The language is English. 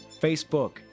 Facebook